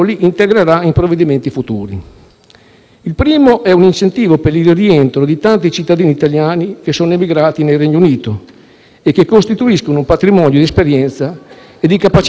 il primo, è un incentivo per il rientro di tanti cittadini italiani che sono emigrati nel Regno Unito e che costituiscono un patrimonio di esperienza e di capacità che il nostro Paese deve valorizzare.